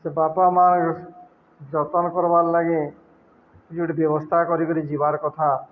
ସେ ବାପା ମାଆ ଯତ୍ନ କରବାର୍ ଲାଗେ ଯୋଉଠି ବ୍ୟବସ୍ଥା କରିକିରି ଯିବାର୍ କଥା